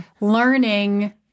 learning